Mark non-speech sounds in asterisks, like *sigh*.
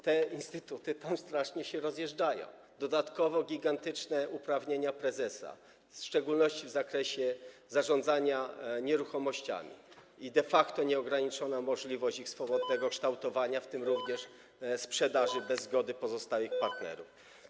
Te instytuty strasznie się rozjeżdżają, a dodatkowo gigantyczne są uprawnienia prezesa, w szczególności w zakresie zarządzania nieruchomościami, i de facto nieograniczona jest możliwość ich swobodnego kształtowania, *noise* w tym również sprzedaży bez zgody pozostałych partnerów.